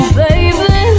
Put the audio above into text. baby